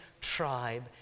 tribe